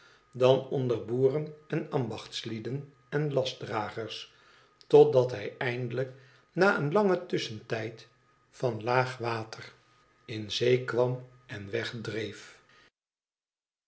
dan onder boeren en ambachtslieden en lastdragers totdat hij eindelijk na een langen tusschentijd van laag water in zee kwam en